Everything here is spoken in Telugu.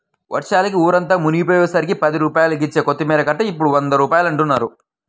వర్షాలకి ఊరంతా మునిగిపొయ్యేసరికి పది రూపాయలకిచ్చే కొత్తిమీర కట్ట ఇప్పుడు వంద రూపాయలంటన్నారు